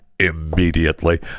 Immediately